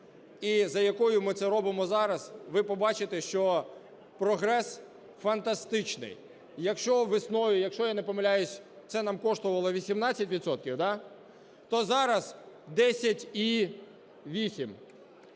і за якою ми це робимо зараз, – ви побачите, що прогрес фантастичний. Якщо весною, якщо я не помиляюсь, це нам коштувало 18 відсотків, то зараз – 10,8.